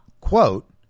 quote